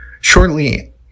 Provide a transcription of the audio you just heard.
Shortly